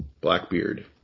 Blackbeard